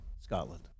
Scotland